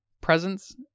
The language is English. presence